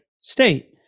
state